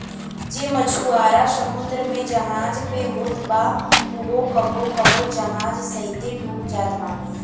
जे मछुआरा समुंदर में जहाज पे होत बा उहो कबो कबो जहाज सहिते डूब जात बाने